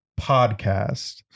Podcast